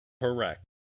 Correct